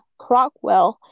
Crockwell